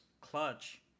clutch